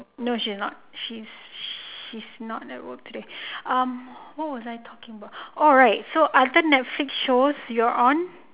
no she's not she's she's not at work today um what was I talking about orh right so other netflix shows you're on